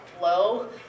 low